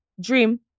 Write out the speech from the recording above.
dream